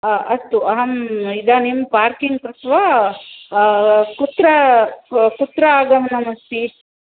अस्तु अहम् इदानीं पार्किङ्ग् कृत्वा कुत्र कुत्र आगमनमस्ति